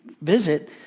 visit